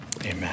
Amen